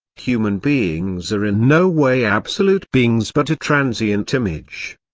human beings are in no way absolute beings but a transient image.